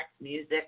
music